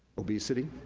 obesity,